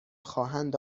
خواهند